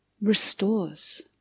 restores